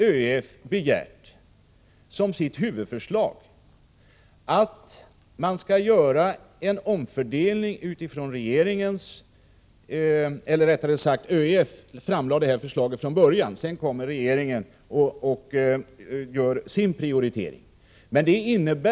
ÖEF framlade från början den aktuella omfördelningen som sitt huvudförslag. Sedan har regeringen gjort sin prioritering på beklädnadsprogrammet.